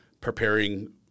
preparing